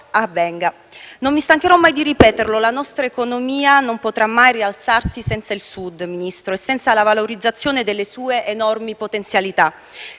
avvenga. Non mi stancherò mai di ripetere che la nostra economia non potrà mai rialzarsi senza il Sud, signor Ministro, e senza la valorizzazione delle sue enormi potenzialità.